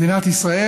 מדינת ישראל,